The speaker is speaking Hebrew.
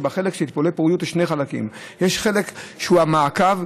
שבטיפולי פוריות יש שני חלקים: יש חלק שהוא המעקב,